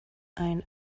ein